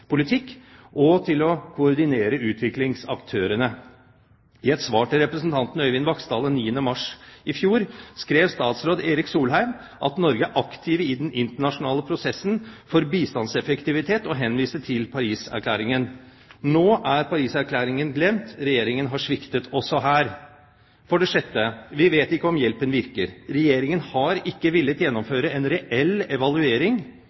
og til å koordinere utviklingsaktørene. I et svar til representanten Øyvind Vaksdal den 9. mars i fjor skrev statsråd Erik Solheim at Norge er aktiv i den internasjonale prosessen for bistandseffektivitet, og henviste til Paris-erklæringen. Nå er Paris-erklæringen glemt – Regjeringen har sviktet også her. For det sjette: Vi vet ikke om hjelpen virker. Regjeringen har ikke villet gjennomføre en reell evaluering